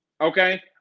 Okay